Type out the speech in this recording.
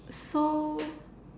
so